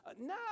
No